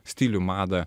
stilių madą